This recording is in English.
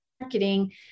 marketing